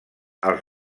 els